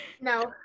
no